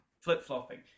flip-flopping